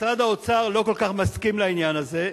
משרד האוצר לא כל כך מסכים לעניין הזה,